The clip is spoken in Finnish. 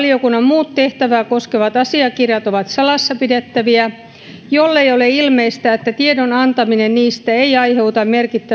muut tehtävää koskevat asiakirjat ovat salassa pidettäviä jollei ole ilmeistä että tiedon antaminen niistä ei aiheuta merkittävää vahinkoa